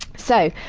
so,